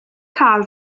cael